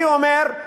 אני אומר,